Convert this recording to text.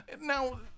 Now